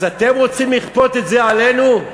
אז אתם רוצים לכפות את זה עלינו?